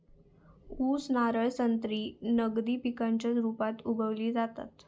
ऊस, नारळ, संत्री नगदी पिकांच्या रुपात उगवली जातत